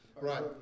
Right